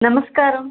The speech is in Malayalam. നമസ്കാരം